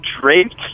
draped